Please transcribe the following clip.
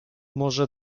może